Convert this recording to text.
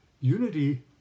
Unity